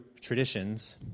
traditions